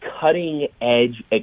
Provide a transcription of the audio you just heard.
cutting-edge